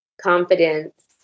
confidence